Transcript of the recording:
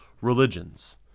religions